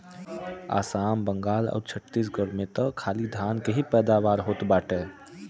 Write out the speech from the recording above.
आसाम, बंगाल आउर छतीसगढ़ में त खाली धान के ही पैदावार होत बाटे